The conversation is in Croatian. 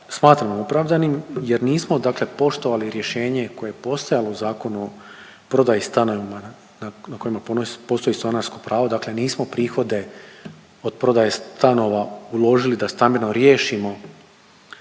smatram opravdanim jer nismo dakle poštovali rješenje koje je postojalo u zakonu o prodaji stanova na kojima postoji stanarsko pravo, dakle nismo prihode od prodaje stanova uložili da stambeno riješimo